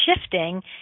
shifting